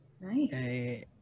Nice